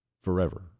Forever